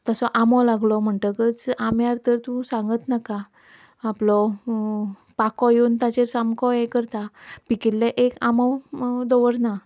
जसो आंबो लागलो म्हणटकच आंब्यार तर तूं सांगच नाका आपलो पांखो येवून ताचेर सामको हें करता पिकिल्ले एक आंबो दवरना